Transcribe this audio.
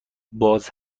باز